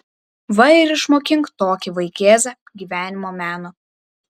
va ir išmokink tokį vaikėzą gyvenimo meno